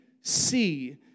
see